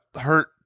hurt